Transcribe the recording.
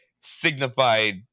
signified –